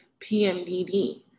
PMDD